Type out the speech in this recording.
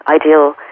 ideal